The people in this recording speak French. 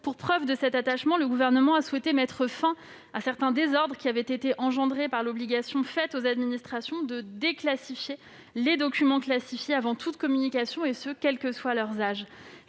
Pour preuve de cet attachement, le Gouvernement a souhaité mettre fin à certains désordres engendrés par l'obligation faite aux administrations de déclassifier les documents classifiés avant toute communication, et ce quelle que soit leur